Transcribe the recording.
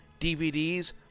DVDs